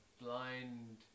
blind